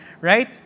Right